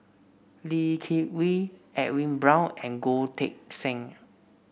Lee Kip Lee Edwin Brown and Goh Teck Sian